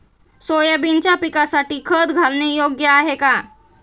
सोयाबीनच्या पिकासाठी खत घालणे योग्य आहे का?